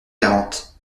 quarante